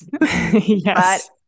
Yes